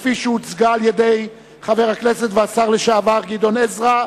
כפי שהוצגה על-ידי חבר הכנסת והשר לשעבר גדעון עזרא.